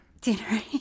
dinner